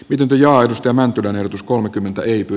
nyt ajoitusta mäntylän yritys kolmekymmentä liity